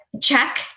check